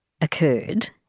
occurred